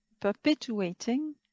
perpetuating